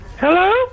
hello